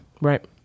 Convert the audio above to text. right